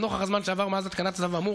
לנוכח הזמן שעבר מאז התקנת הצו האמור,